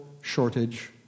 shortage